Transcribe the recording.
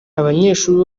abanyeshuri